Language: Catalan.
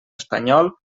espanyol